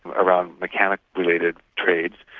ah around mechanic-related trades.